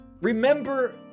remember